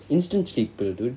instant sleep though dude